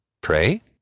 Pray